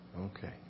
Okay